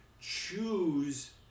choose